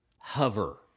hover